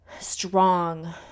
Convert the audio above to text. strong